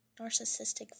narcissistic